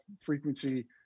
frequency